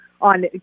on